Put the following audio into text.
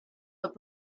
but